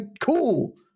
cool